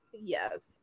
yes